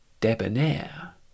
debonair